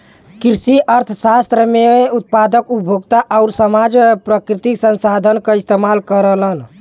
कृषि अर्थशास्त्र में उत्पादक, उपभोक्ता आउर समाज प्राकृतिक संसाधन क इस्तेमाल करलन